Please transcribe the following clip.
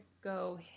go